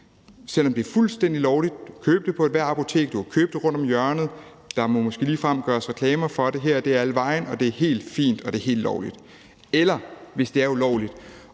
selv om det er fuldstændig lovligt og du kan købe det på ethvert apotek, du kan købe det rundt om hjørnet, og der må måske ligefrem gøres reklame for det her og der og alle vegne, og det er helt fint, og det er helt lovligt. Altså i forhold til hvis det er ulovligt